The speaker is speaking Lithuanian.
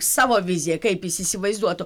savo viziją kaip jis įsivaizduotų